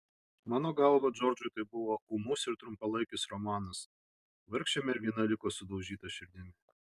mano galva džordžui tai buvo ūmus ir trumpalaikis romanas vargšė mergina liko sudaužyta širdimi